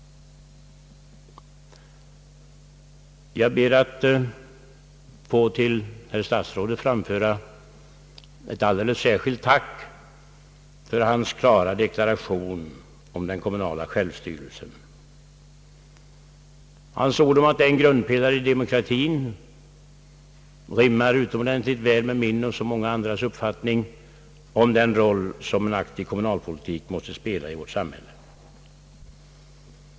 Jag ber att till herr statsrådet få framföra ett alldeles särskilt tack för hans klarläggande deklaration om den kommunala självstyrelsen. Hans ord om att den är en grundpelare i demokratien rimmar utomordentligt väl med min och många andras uppfattning om den roll som en aktiv kommunalpolitik måste spela i vårt samhälle.